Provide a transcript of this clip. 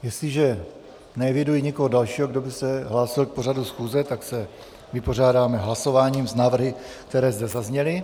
Jestliže neeviduji někoho dalšího, kdo by se hlásil k pořadu schůze, tak se vypořádáme hlasováním s návrhy, které zde zazněly.